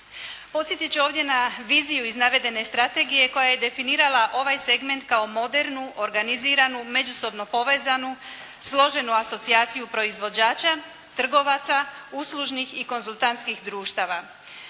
Posjetiti ću ovdje na viziju iz navedene strategije koja je definirala ovaj segment kao modernu, organiziranu međusobno povezanu složenu asocijaciju proizvođača, trgovaca, uslužnih i konzultantskih društava.